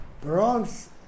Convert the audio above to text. Bronze